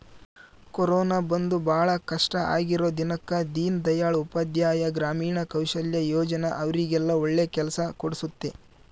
corona ಬಂದು ಭಾಳ ಕಷ್ಟ ಆಗಿರೋ ಜನಕ್ಕ ದೀನ್ ದಯಾಳ್ ಉಪಾಧ್ಯಾಯ ಗ್ರಾಮೀಣ ಕೌಶಲ್ಯ ಯೋಜನಾ ಅವ್ರಿಗೆಲ್ಲ ಒಳ್ಳೆ ಕೆಲ್ಸ ಕೊಡ್ಸುತ್ತೆ